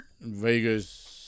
Vegas